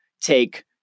take